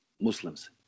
Muslims